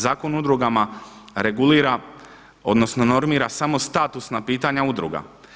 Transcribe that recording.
Zakon o udrugama regulira odnosno normira samo statusa pitanja udruga.